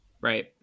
Right